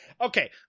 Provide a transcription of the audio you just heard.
Okay